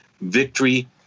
victory